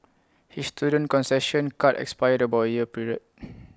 his student concession card expired about A year prior